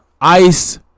Ice